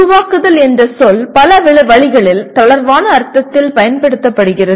உருவாக்குதல் என்ற சொல் பல வழிகளில் தளர்வான அர்த்தத்தில் பயன்படுத்தப்படுகிறது